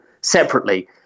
separately